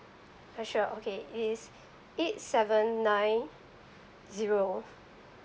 oh sure okay it is eight seven nine zero